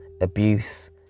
abuse